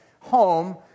home